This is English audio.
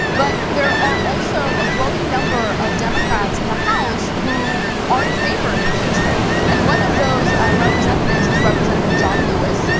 but there are also a growing number of democrats in the house who are in favor of impeachment. and one of those representatives is representative john lewis,